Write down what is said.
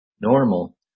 Normal